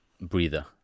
breather